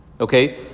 Okay